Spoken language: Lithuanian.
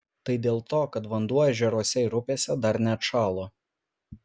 tai dėl to kad vanduo ežeruose ir upėse dar neatšalo